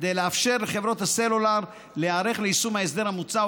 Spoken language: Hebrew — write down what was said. כדי לאפשר לחברות הסלולר להיערך ליישום ההסדר המוצע,